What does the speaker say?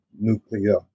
nuclear